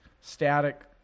static